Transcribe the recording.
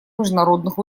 международных